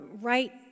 right